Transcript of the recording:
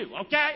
okay